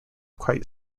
quite